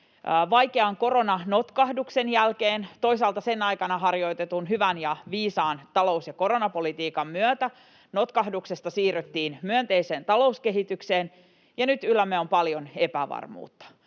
vaikean koronanotkahduksen jälkeen, toisaalta sen aikana harjoitetun hyvän ja viisaan talous- ja koronapolitiikan myötä, notkahduksesta siirryttiin myönteiseen talouskehitykseen ja nyt yllämme on paljon epävarmuutta